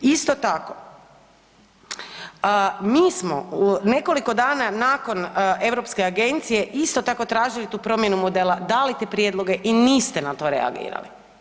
Isto tako mi smo nekoliko dana nakon Europske agencije isto tako tražili promjenu modela, dali te prijedloge i niste na to reagirali.